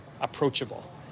approachable